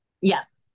Yes